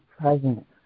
present